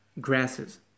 grasses